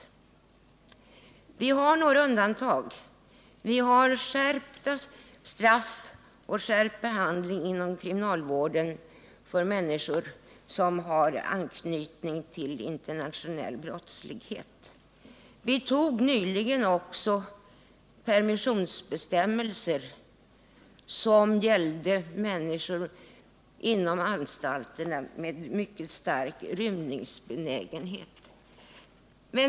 Men vi har några undantag. Vi har skärpta straff och skärpt behandling inom kriminalvården för människor som har anknytning tillinternationell brottslighet. Nyligen antog vi också permissionsbestämmelser, som gällde människor på anstalterna med mycket stor rymningsbenägenhet.